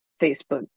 Facebook